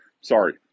Sorry